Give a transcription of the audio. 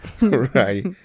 right